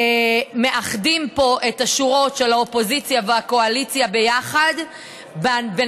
מאחדים פה את השורות של האופוזיציה והקואליציה בניסיון